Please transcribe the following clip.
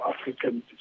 African